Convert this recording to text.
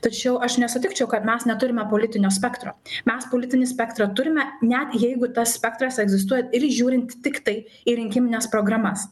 tačiau aš nesutikčiau kad mes neturime politinio spektro mes politinį spektrą turime net jeigu tas spektras egzistuoja ir žiūrint tiktai į rinkimines programas